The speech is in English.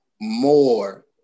more